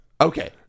Okay